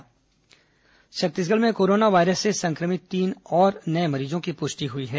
corona संक्रमित मरीज छत्तीसगढ़ में कोरोना वायरस से संक्रमित तीन और नए मरीजों की पुष्टि हुई है